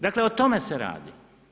Dakle, o tome se radi.